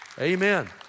amen